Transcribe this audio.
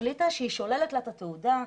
החליטה שהיא שוללת לה את התעודה,